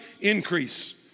increase